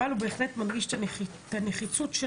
אבל הוא בהחלט מדגיש את הנחיצות של